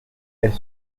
elle